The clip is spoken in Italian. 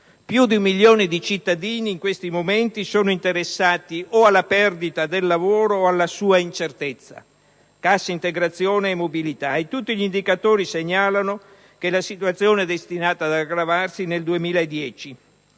Più di 1 milione di cittadini in questi momenti sono interessati o dalla perdita del lavoro o dalla sua incertezza (cassa integrazione e mobilità), e tutti gli indicatori segnalano che la situazione è destinata ad aggravarsi nel 2010,